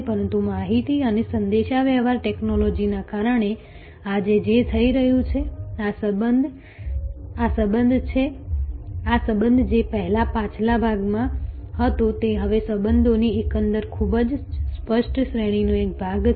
પરંતુ માહિતી અને સંદેશાવ્યવહાર ટેક્નોલોજીના કારણે આજે જે થઈ રહ્યું છે આ સંબંધ જે પહેલા પાછલા ભાગમાં હતો તે હવે સંબંધોની એકંદર ખૂબ જ સ્પષ્ટ શ્રેણીનો એક ભાગ છે